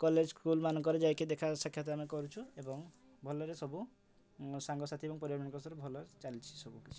college school ମାନଙ୍କରେ ଯାଇକି ଦେଖା ସାକ୍ଷାତ ଆମେ କରୁଛୁ ଏବଂ ଭଲରେ ସବୁ ସାଙ୍ଗସାଥି ଏବଂ ପରିବାର ଭଲ ଚାଲିଛି ସବୁ କିଛି